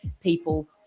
people